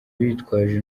bitwaje